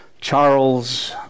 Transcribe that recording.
Charles